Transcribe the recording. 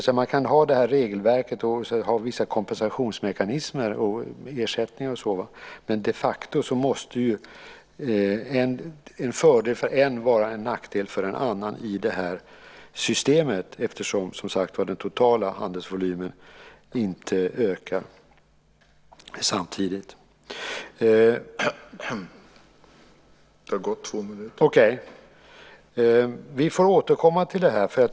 Man kan alltså ha det här regelverket och vissa kompensationsmekanismer, ersättningar och sådant, men de facto måste en fördel för en vara en nackdel för en annan i det här systemet eftersom den totala handelsvolymen som sagt inte ökar samtidigt. Vi får återkomma till detta.